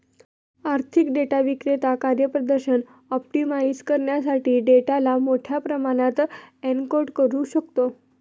आर्थिक डेटा विक्रेता कार्यप्रदर्शन ऑप्टिमाइझ करण्यासाठी डेटाला मोठ्या प्रमाणात एन्कोड करू शकतो